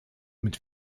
mit